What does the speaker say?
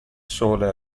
sole